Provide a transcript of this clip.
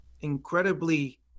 incredibly